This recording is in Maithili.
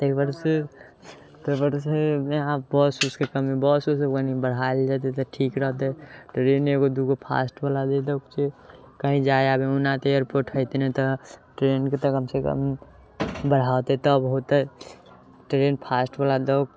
ताहिपर सँ ताहिपर सँ यहाँ बस उसके कमी बस उसके कनि बढ़ायल जयतै तऽ ठीक रहतै ट्रेन एगो दूगो फास्टवला जेसभ छै कहीँ जाय अबयमे न तऽ एयरपोर्ट हैती नहि तऽ ट्रेनके तऽ कमसँ कम बढ़ा देतै तब होतै ट्रेन फास्टवला दौ